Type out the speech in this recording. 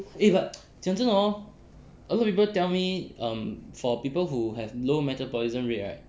eh but 讲真的 hor a lot people tell me um for people who have low metabolism rate right